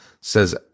Says